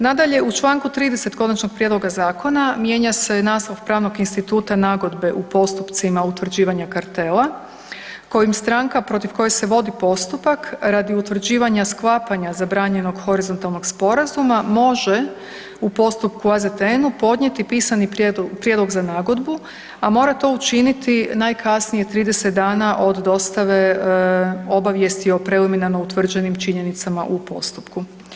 Nadalje, u čl. 30. konačnog prijedloga zakona mijenja se naslov pravnog instituta nagodbe u postupcima utvrđivanja kartela kojim stranka protiv koje se vodi postupak radi utvrđivanja sklapanja zabranjenog horizontalnog sporazuma može u postupku AZTN-u podnijeti pisani prijedlog za nagodbu, a mora to učiniti najkasnije 30 dana od dostave obavijesti o preliminarno utvrđenim činjenicama u postupku.